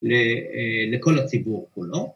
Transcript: ‫לקול הציבור כולו.